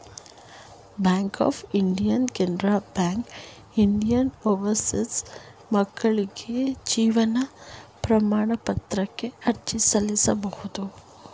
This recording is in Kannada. bank of India Canara Bank Indian Overseas ಬ್ಯಾಂಕ್ಕ್ಗಳಿಗೆ ಜೀವನ ಪ್ರಮಾಣ ಪತ್ರಕ್ಕೆ ಅರ್ಜಿ ಸಲ್ಲಿಸಬಹುದು